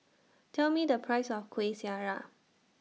Tell Me The Price of Kuih Syara